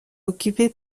occupé